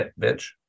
bitch